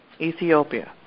Ethiopia